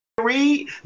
read